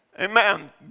Amen